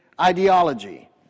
ideology